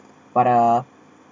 but uh